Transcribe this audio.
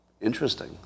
interesting